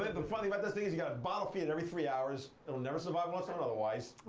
the funny about this thing is you got to bottle feed it every three hours, it'll never survive on its own otherwise.